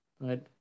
but-